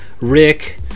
rick